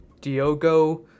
Diogo